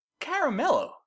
Caramello